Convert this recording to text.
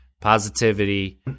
positivity